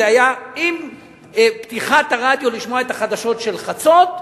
זה היה עם פתיחת הרדיו לשמוע את החדשות של חצות,